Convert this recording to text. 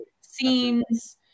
scenes